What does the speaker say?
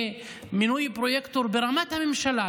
מינוי פרויקטור ברמת הממשלה,